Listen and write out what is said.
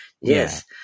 Yes